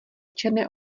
černé